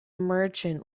merchant